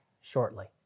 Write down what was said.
shortly